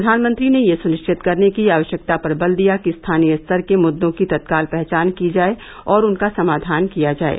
प्रधानमंत्री ने यह सुनिश्चित करने की आवश्यकता पर बल दिया कि स्थानीय स्तर के मुद्दों की तत्काल पहचान की जाये और उनका समाधान किया जाये